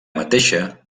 mateixa